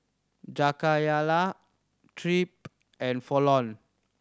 Jakayla Tripp and Fallon